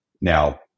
Now